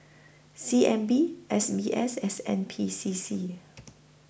C N B S B S S N P C C